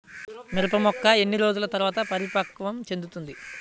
మిరప మొక్క ఎన్ని రోజుల తర్వాత పరిపక్వం చెందుతుంది?